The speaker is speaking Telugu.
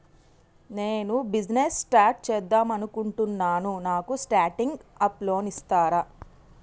నేను బిజినెస్ స్టార్ట్ చేద్దామనుకుంటున్నాను నాకు స్టార్టింగ్ అప్ లోన్ ఇస్తారా?